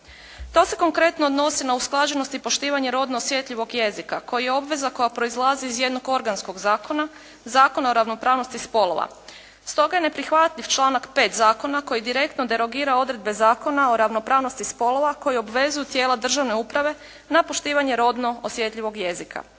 To se konkretno odnosi na usklađenost i poštivanje rodno-osjetljivog jezika koji je obveza koja proizlazi iz jednog organskog zakona, Zakona o ravnopravnosti spolova, stoga je neprihvatljiv članak 5. zakona koji direktno derogira odredbe Zakona o ravnopravnosti spolova koji obvezuju tijela državne uprave na poštivanje rodno osjetljivog jezika.